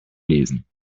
lesen